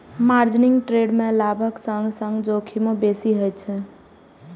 margin trade मे लाभक संग संग जोखिमो बेसी होइ छै